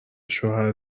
شوهر